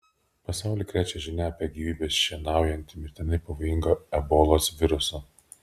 pasaulį krečia žinia apie gyvybes šienaujantį mirtinai pavojingą ebolos virusą